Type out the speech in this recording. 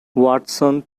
watson